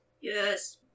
Yes